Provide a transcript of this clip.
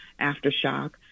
Aftershock